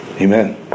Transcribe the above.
Amen